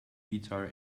guitar